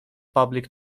public